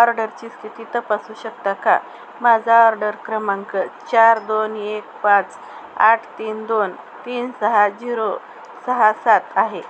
ऑर्डरची स्थिती तपासू शकता का माझा ऑर्डर क्रमांक चार दोन एक पाच आठ तीन दोन तीन सहा झिरो सहा सात आहे